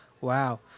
Wow